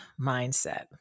mindset